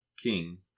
king